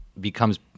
becomes